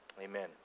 Amen